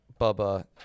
Bubba